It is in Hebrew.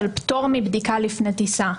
מנגנון של פטור מבדיקה לפני טיסה.